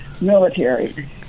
military